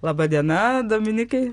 laba diena dominikai